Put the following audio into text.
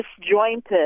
disjointed